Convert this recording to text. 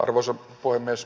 arvoisa puhemies